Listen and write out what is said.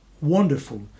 wonderful